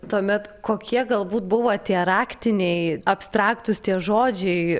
tuomet kokie galbūt buvo tie raktiniai abstraktūs tie žodžiai